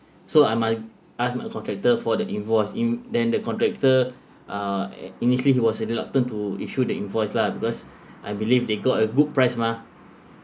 so I'm asked my contractor for the invoice in then the contractor uh initially he was reluctant to issue the invoice lah because I believe they got a good price mah